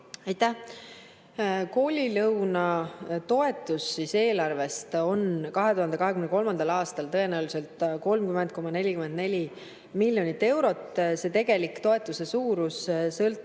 Aitäh! Koolilõuna toetus eelarvest on 2023. aastal tõenäoliselt 30,44 miljonit eurot. Tegelik toetuse suurus sõltub